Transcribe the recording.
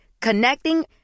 connecting